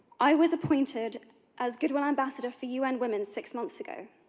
i was appointed as goodwill ambassador for un women six months ago.